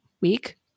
week